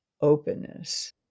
openness